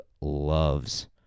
loves